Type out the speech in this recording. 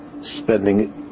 spending